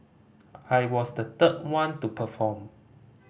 I was the third one to perform